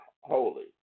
holy